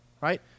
Right